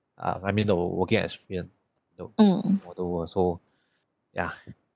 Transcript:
uh I mean the work working experience the for the world so ya